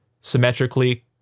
symmetrically